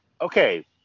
Okay